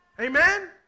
Amen